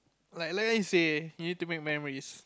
like like you say you need to make memories